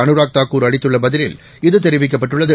அனுராக்தாக்குர்அளித்துள்ளபதிலில்இதுதெரிவி க்கப்பட்டுள்ளது